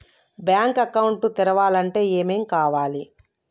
Bank account తెరవాలంటే ఏమేం కావాలి?